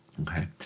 Okay